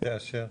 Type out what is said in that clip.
במטה אשר.